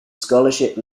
scholarship